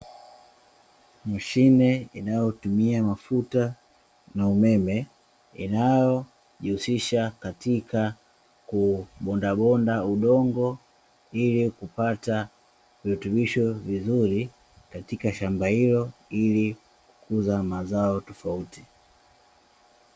Mashine inayotumia mafuta na umeme, inayojihusisha katika kubondabonda udongo ili kupata virutubisho vizuri katika shamba hilo, ili kukuza mazao tofauti.